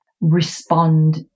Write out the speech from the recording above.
respond